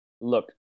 look